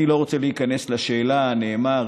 אני לא רוצה להיכנס לשאלה: נאמר,